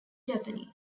japanese